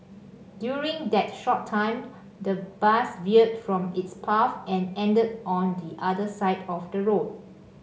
during that short time the bus veered from its path and ended on the other side of the road